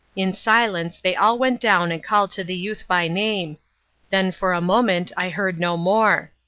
in silence they all went down and called to the youth by name then for a moment i heard no more.